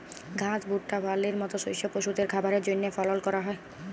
ঘাস, ভুট্টা, বার্লির মত শস্য পশুদের খাবারের জন্হে ফলল ক্যরা হ্যয়